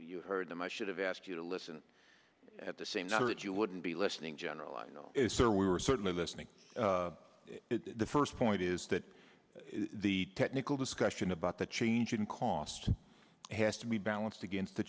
you've heard them i should have asked you to listen at the same number that you wouldn't be listening general i know if there were certainly listening the first point is that the technical discussion about the change in cost has to be balanced against